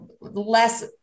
less